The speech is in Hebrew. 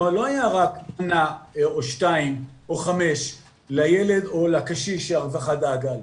כלומר לא היה רק מנה או שתיים או חמש לילד או לקשיש שהרווחה דאגה לו,